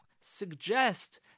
suggest